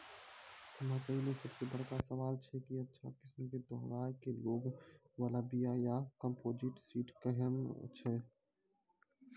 मकई मे सबसे बड़का सवाल छैय कि अच्छा किस्म के दोहराय के लागे वाला बिया या कम्पोजिट सीड कैहनो छैय?